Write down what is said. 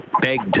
begged